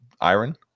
iron